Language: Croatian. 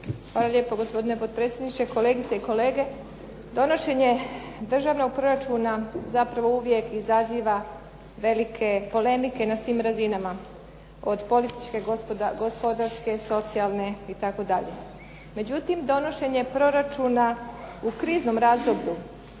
Hvala lijepo gospodine potpredsjedniče. Kolegice i kolege. Donošenje državnog proračuna zapravo uvijek izaziva velike polemike na svim razinama, od političke, gospodarske, socijalne itd. Međutim, donošenje proračuna u kriznom razdoblju